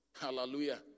Hallelujah